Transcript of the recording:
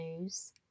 news